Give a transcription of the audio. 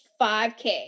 5K